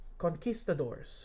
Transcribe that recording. Conquistadors